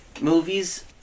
Movies